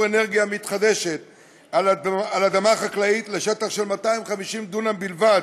אנרגיה מתחדשת על אדמה חקלאית לשטח של 250 דונם בלבד.